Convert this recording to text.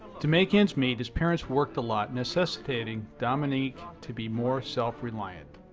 to make ends meet his parents worked a lot necessitating dominique to be more self-reliant.